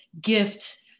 gift